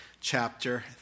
chapter